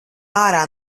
ārā